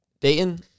Dayton